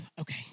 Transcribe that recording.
Okay